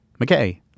McKay